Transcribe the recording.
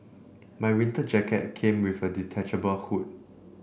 my winter jacket came with a detachable hood